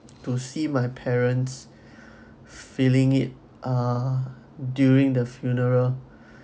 to see my parents feeling it uh during the funeral